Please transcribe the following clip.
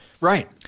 Right